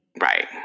Right